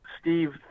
Steve